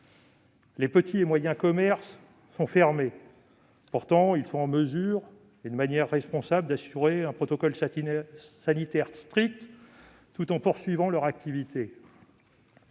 Les petits et moyens commerces sont fermés. Pourtant, ils sont en mesure d'assurer de manière responsable un protocole sanitaire strict, tout en poursuivant leur activité.